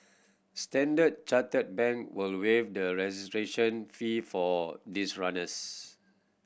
Standard Chartered Bank will waive the registration fee for these runners